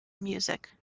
music